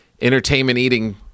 entertainment-eating